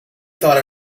thought